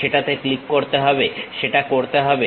সেটাতে ক্লিক করতে হবে সেটা করতে হবে